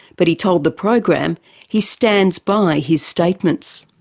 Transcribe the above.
but he told the program he stands by his statements.